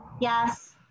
Yes